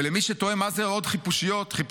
ולמי שתוהה מה עוד זה חיפושית,